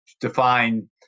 define